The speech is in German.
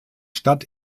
statt